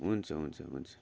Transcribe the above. हुन्छ हुन्छ हुन्छ